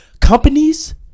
companies